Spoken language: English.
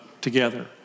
together